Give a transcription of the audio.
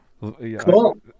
Cool